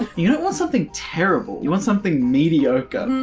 you don't want something terrible, you want something mediocre.